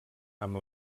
amb